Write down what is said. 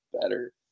better